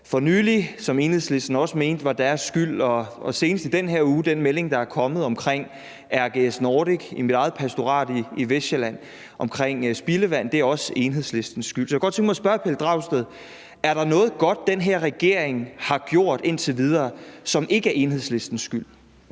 for nylig, som Enhedslisten også mente var deres skyld. Og senest i den her uge kan vi tage den melding, der er kommet om RGS Nordic i mit eget pastorat i Vestsjælland omkring spildevand – det er også Enhedslistens skyld. Så jeg kunne godt tænke mig at spørge hr. Pelle Dragsted: Er der noget godt, den her regering har gjort indtil videre, som ikke er Enhedslistens skyld?